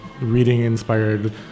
reading-inspired